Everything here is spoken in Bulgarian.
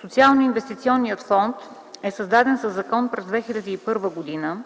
Социалноинвестиционният фонд е създаден със закон през 2001 г.